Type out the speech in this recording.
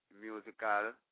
musical